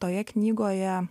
toje knygoje